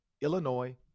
Illinois